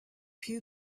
few